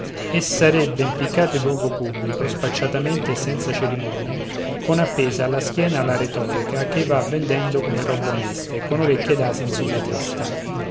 e sarebbe impiccato in luogo pubblico spacciatamente e senza cerimonie con appesa alla schiena la retorica ch'ei va vendendo come roba onesta e con orecchie d'asin sulla testa